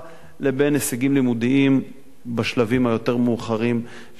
לבין ההישגים הלימודיים בשלבים היותר מאוחרים של החינוך,